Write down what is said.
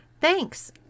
Thanks